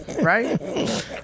right